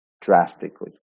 drastically